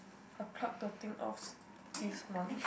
I pluck the thing off this month